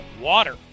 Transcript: Water